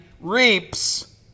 reaps